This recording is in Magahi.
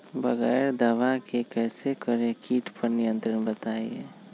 बगैर दवा के कैसे करें कीट पर नियंत्रण बताइए?